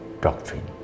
doctrine